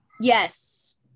yes